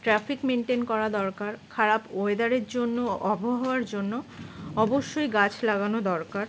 traffic maintain করা দরকার খারাপ ওয়েদারের জন্য আবহাওয়ার জন্য অবশ্যই গাছ লাগানো দরকার